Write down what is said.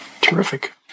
terrific